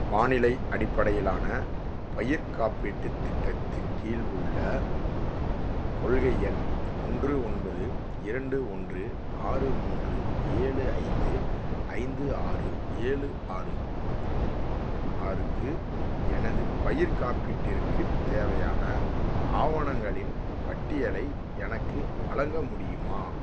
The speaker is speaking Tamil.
வானிலை அடிப்படையிலான பயிர் காப்பீட்டுத் திட்டத்தின் கீழ் உள்ள கொள்கை எண் ஒன்று ஒன்பது இரண்டு ஒன்று ஆறு மூன்று ஏழு ஐந்து ஐந்து ஆறு ஏழு ஆறு ஆறுக்கு எனது பயிர்க் காப்பீட்டிற்குத் தேவையான ஆவணங்களின் பட்டியலை எனக்கு வழங்க முடியுமா